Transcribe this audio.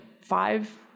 five